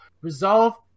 resolve